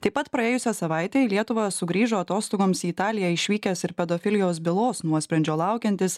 taip pat praėjusią savaitę į lietuvą sugrįžo atostogoms į italiją išvykęs ir pedofilijos bylos nuosprendžio laukiantis